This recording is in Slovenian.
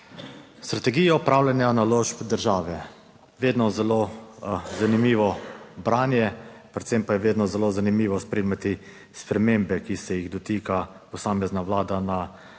Strategija upravljanja naložb države, vedno zelo zanimivo branje, predvsem pa je vedno zelo zanimivo spremljati spremembe, ki se jih dotika posamezna vlada na tem